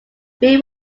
three